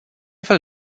fel